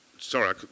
Sorry